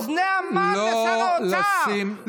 אוזני המן לשר האוצר.